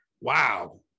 wow